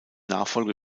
nachfolge